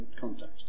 context